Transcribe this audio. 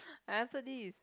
I answer this